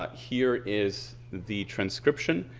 but here is the transcription.